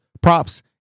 props